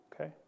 okay